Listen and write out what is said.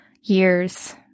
years